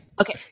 Okay